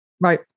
Right